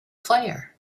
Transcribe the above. player